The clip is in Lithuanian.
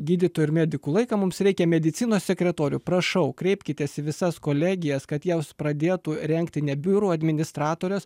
gydytojų ir medikų laiką mums reikia medicinos sekretorių prašau kreipkitės į visas kolegijas kad jos pradėtų rengti ne biurų administratores